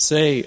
Say